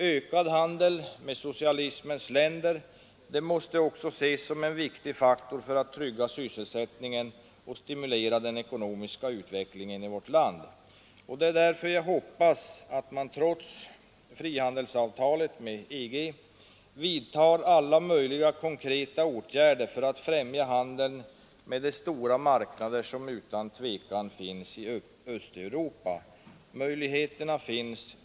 Ökad handel med socialismens länder måste också ses som en viktig faktor för att trygga sysselsättningen och stimulera den ekonomiska utvecklingen i vårt land. Det är därför jag hoppas att man — trots frihandelsavtalet med EG -— vidtar alla möjliga konkreta åtgärder för att befrämja handeln med de stora marknader som finns i Östeuropa. Möjligheterna finns.